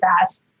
fast